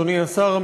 אדוני השר,